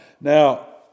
Now